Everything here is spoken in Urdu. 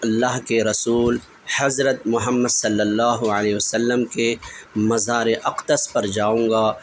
اللہ کے رسول حضرت محمد صلی اللہ علیہ و سلم کے مزارِ اقدس پر جاؤں گا